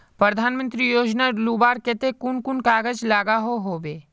प्रधानमंत्री योजना लुबार केते कुन कुन कागज लागोहो होबे?